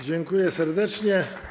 Dziękuję serdecznie.